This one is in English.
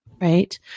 Right